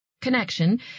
Connection